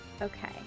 Okay